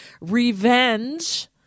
Revenge